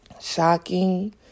shocking